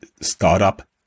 startup